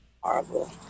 horrible